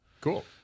Cool